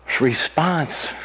response